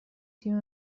تیم